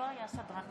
אדוני היושב-ראש,